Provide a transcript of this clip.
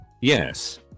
Yes